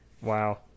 Wow